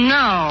no